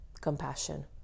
compassion